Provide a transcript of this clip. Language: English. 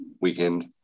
weekend